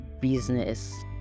business